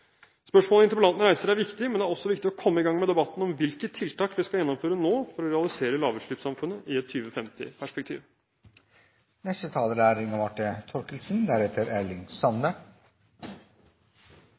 Spørsmålet interpellanten reiser, er viktig, men det er også viktig å komme i gang med debatten om hvilke tiltak vi skal gjennomføre nå for å realisere lavutslippssamfunnet i et